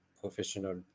Professional